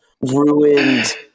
Ruined